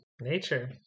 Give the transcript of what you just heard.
Nature